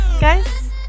guys